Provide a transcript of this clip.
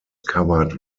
covered